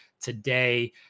today